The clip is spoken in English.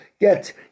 Get